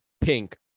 pink